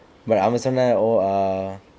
but அவன் சொன்னான்:avan sonnaan oh uh